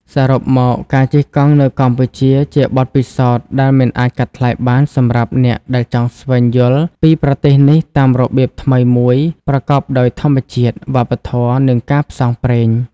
សរុបមក ការជិះកង់នៅកម្ពុជាជាបទពិសោធន៍ដែលមិនអាចកាត់ថ្លៃបានសម្រាប់អ្នកដែលចង់ស្វែងយល់ពីប្រទេសនេះតាមរបៀបថ្មីមួយប្រកបដោយធម្មជាតិ វប្បធម៌ និងការផ្សងព្រេង។